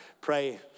pray